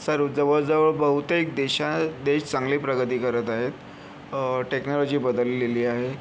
sir जवळजवळ बहुतेक देशात देश चांगले प्रगती करत आहेत टेक्नॉलॉजी बदललेली आहे